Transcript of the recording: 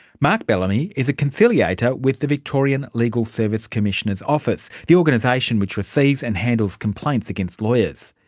mark bellamy is a conciliator with the victorian legal service commissioner's office, the organisation which receives and handles complaints against lawyers.